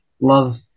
love